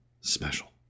special